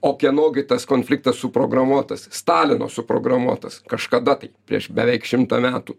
o kieno gi tas konfliktas suprogramuotas stalino suprogramuotas kažkada tai prieš beveik šimtą metų